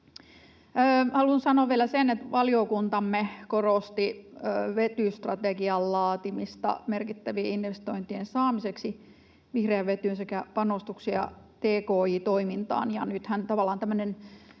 Haluan sanoa vielä sen, että valiokuntamme korosti vetystrategian laatimista merkittävien investointien saamiseksi vihreään vetyyn sekä panostuksia tki-toimintaan,